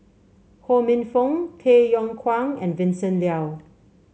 Ho Minfong Tay Yong Kwang and Vincent Leow